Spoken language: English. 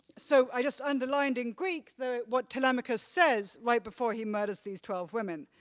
so i just underlined in greek what telemachus says right before he murders these twelve women.